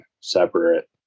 separate